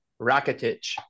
Rakitic